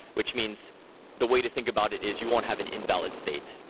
which means the way to think about it is you won't have an invalid state.